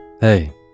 Hey